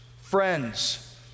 friends